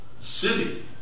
city